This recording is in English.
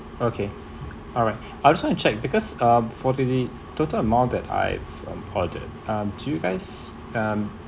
okay alright I just want to check because uh for the total amount that I've um ordered um do you guys um